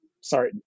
sorry